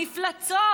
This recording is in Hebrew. מפלצות,